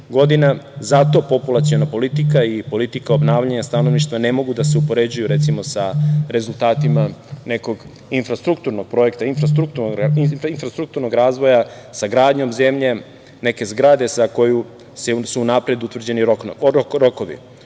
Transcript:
Zato populaciona politika i politika obnavljanja stanovništva ne mogu da se upoređuju, recimo, sa rezultatima nekog infrastrukturnog projekta, infrastrukturnog razvoja, sa gradnjom zemlje, neke zgrade za koju su unapred utvrđeni